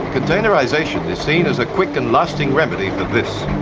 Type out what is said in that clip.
containerisation is seen as a quick and lasting remedy for this